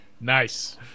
nice